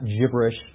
gibberish